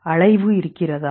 அலைவு இருக்கிறதா